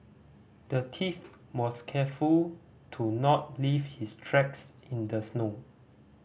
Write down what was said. the thief was careful to not leave his tracks in the snow